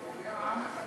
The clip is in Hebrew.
לך.